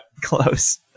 Close